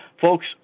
Folks